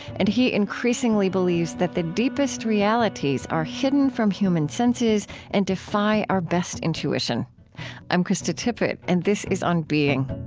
and he increasingly believes that the deepest realities are hidden from human senses and defy our best intuition i'm krista tippett, and this is on being